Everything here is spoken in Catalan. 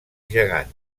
gegant